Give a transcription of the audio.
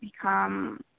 become